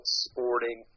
sporting